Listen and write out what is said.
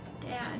Dad